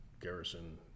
garrison